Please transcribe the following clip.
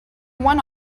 want